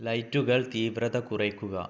ലൈറ്റുകള് തീവ്രത കുറയ്ക്കുക